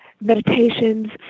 meditations